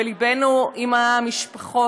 וליבנו עם המשפחות,